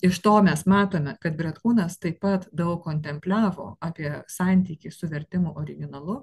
iš to mes matome kad bretkūnas taip pat daug kontempliavo apie santykį su vertimo originalu